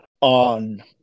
on